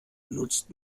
nutzt